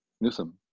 newsom